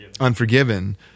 Unforgiven